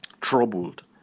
troubled